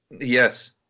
Yes